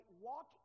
walk